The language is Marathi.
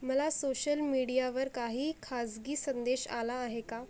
मला सोशल मीडियावर काही खाजगी संदेश आला आहे का